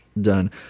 done